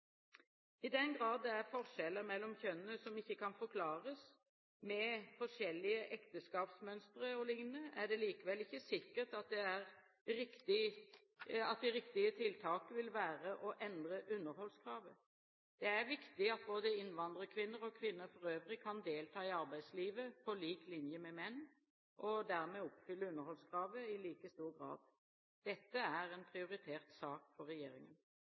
I den grad det er forskjeller mellom kjønnene som ikke kan forklares med forskjellige ekteskapsmønstre o.l., er det likevel ikke sikkert at det riktige tiltaket vil være å endre underholdskravet. Det er viktig at både innvandrerkvinner og kvinner for øvrig kan delta i arbeidslivet på lik linje med menn og dermed oppfylle underholdskravet i like stor grad. Dette er en prioritert sak for regjeringen.